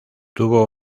tuvo